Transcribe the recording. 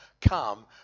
come